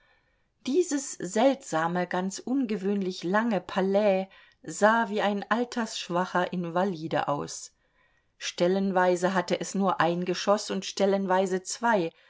dieses seltsame ganz ungewöhnlich lange palais sah wie ein altersschwacher invalide aus stellenweise hatte es nur ein geschoß und stellenweise zwei